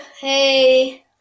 hey